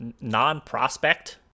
non-prospect